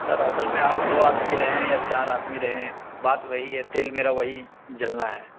سر اصل میں آپ دو آدمی رہیں یا چار آدمی رہیں بات وہی ہے تیل میرا وہی جلنا ہے